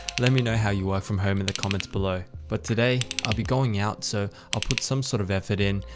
let me know how you work from home in the comments below. but today i'll be going out. so i'll put some sort of effort in.